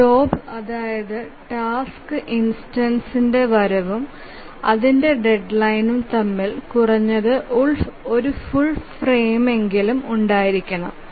ഒരു ജോബ് അതായത് ഒരു ടാസ്ക് ഇൻസ്റ്റൻസ്ന്ടെ വരവും അതിന്റെ ഡെഡ്ലൈനും തമ്മിൽ കുറഞ്ഞത് ഒരു ഫുൾ ഫ്രെയിമെങ്കിലും ഉണ്ടായിരിക്കണം